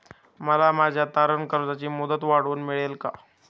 मला माझ्या तारण कर्जाची मुदत वाढवून मिळेल का?